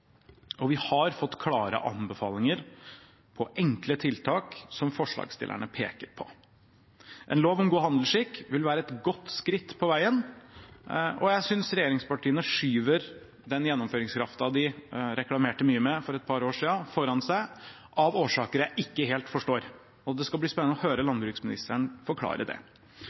og vi har fått klare anbefalinger på enkle tiltak som forslagsstillerne peker på. En lov om god handelsskikk vil være et godt skritt på veien. Jeg synes regjeringspartiene skyver den gjennomføringskraften de reklamerte mye med for et par år siden, foran seg – av årsaker jeg ikke helt forstår. Det skal bli spennende å høre